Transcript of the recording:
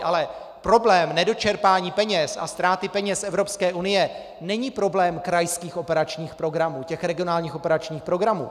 Ale problém nedočerpání peněz a ztráty peněz z Evropské unie není problém krajských operačních programů, těch regionálních operačních programů.